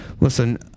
Listen